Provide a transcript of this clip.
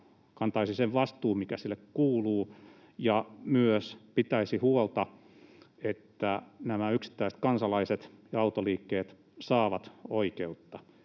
kantaisi sen vastuun, mikä sille kuuluu, ja myös pitäisi huolta, että nämä yksittäiset kansalaiset ja autoliikkeet saavat oikeutta,